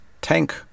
Tank